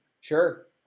sure